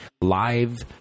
live